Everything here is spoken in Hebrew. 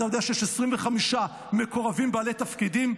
אתה יודע שיש 25 מקורבים בעלי תפקידים?